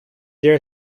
there